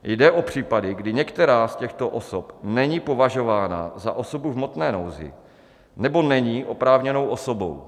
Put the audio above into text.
Jde o případy, kdy některá z těchto osob není považována za osobu v hmotné nouzi nebo není oprávněnou osobou.